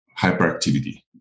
hyperactivity